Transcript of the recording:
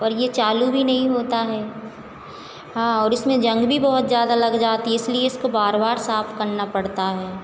पर यह चालू भी नहीं होता है हाँ और उसमें जंग भी बहुत ज़्यादा लग जाती है इसलिए इसको बार बार साफ़ करना पड़ता है